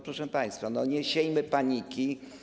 Proszę państwa, no nie siejmy paniki.